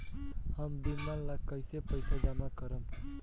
हम बीमा ला कईसे पईसा जमा करम?